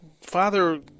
father